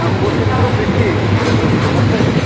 आम्माहो तेत्रो बेसी सेलरोटीको मात्रै